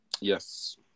Yes